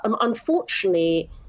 unfortunately